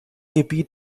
gebiet